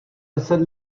deset